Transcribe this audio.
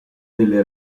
nelle